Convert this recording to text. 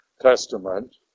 Testament